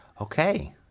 Okay